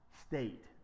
State